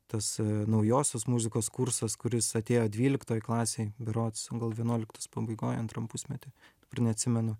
tas naujosios muzikos kursas kuris atėjo dvyliktoj klasėj berods vienuoliktos pabaigoj antram pusmety bar neatsimenu